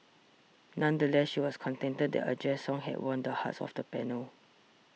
nonetheless she was contented that a Jazz song had won the hearts of the panel